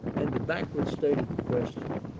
and the backward state of the question,